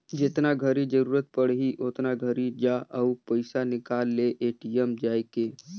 जेतना घरी जरूरत पड़ही ओतना घरी जा अउ पइसा निकाल ले ए.टी.एम जायके